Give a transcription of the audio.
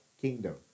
kingdom